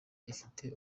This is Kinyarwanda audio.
ifite